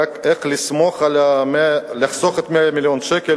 לא רק איך לחסוך את 100 מיליון השקל,